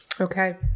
Okay